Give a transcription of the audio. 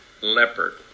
Leopard